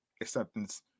acceptance